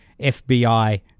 FBI